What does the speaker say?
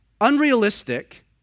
unrealistic